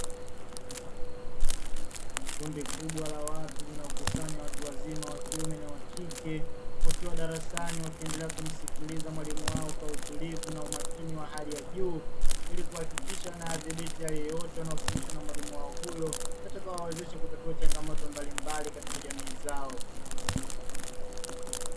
Kundi kubwa la watu linalokusanya watu wazima wa kiume na wa kike wakiwa darasani wakiendelea kumsikiliza mwalimu wao kwa utulivu na umakini wa hali ya juu, ili kuhakikisha wanayadhibiti yale yote ambayo wanafundishwa na mwalimu wao huyo watakaowawezesha kutatua changamoto mbali mbali katika jamii zao.